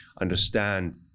understand